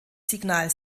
signal